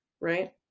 Right